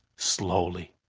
slowly.